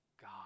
God